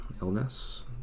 illness